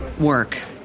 work